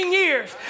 years